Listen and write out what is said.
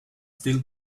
still